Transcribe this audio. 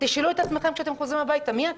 תשאלו את עצמכם כשאתם חוזרים הביתה מי אתם.